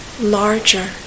larger